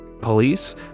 Police